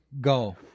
Go